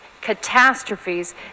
catastrophes